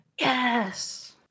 Yes